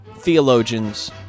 theologians